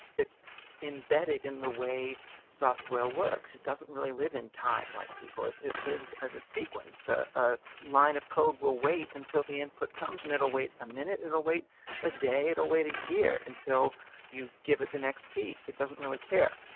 it's embedded in the way software works, it doesn't really live in time, like people, it it lives as a sequence, a line of code will wait until the input comes and it'll wait for a minute, it'll wait a day, it'll wait a year, until you give it the next piece, it doesn't really care.